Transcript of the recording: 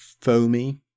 foamy